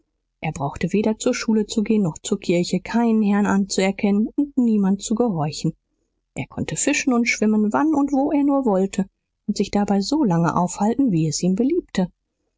er brauchte weder zur schule zu gehen noch zur kirche keinen herrn anzuerkennen und niemand zu gehorchen er konnte fischen und schwimmen wann und wo er nur wollte und sich dabei solange aufhalten wie es ihm beliebte